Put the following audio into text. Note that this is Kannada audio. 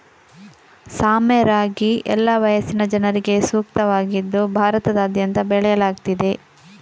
ಸಾಮೆ ರಾಗಿ ಎಲ್ಲಾ ವಯಸ್ಸಿನ ಜನರಿಗೆ ಸೂಕ್ತವಾಗಿದ್ದು ಭಾರತದಾದ್ಯಂತ ಬೆಳೆಯಲಾಗ್ತಿದೆ